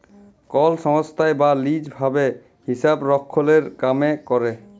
call সংস্থায় বা lease ভাবে হিসাবরক্ষলের কামে ক্যরে